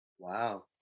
Wow